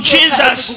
Jesus